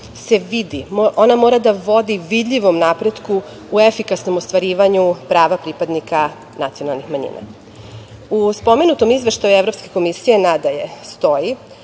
se vidi, ona mora da vodi vidljivom napretku u efikasnom ostvarivanju prava pripadnika nacionalnih manjina. U spomenutom izveštaju Evropske komisije nadalje stoji